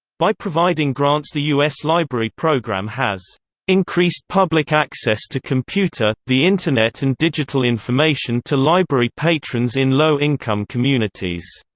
by providing grants the u s. library program has increased public access to computer, the internet and digital information to library patrons in low-income communities.